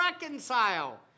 reconcile